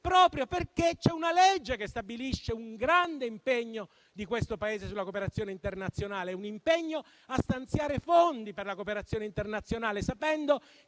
proprio perché c'è una legge che stabilisce un grande impegno di questo Paese sulla cooperazione internazionale: un impegno a stanziare fondi per la cooperazione internazionale,